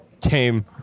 tame